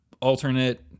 alternate